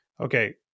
okay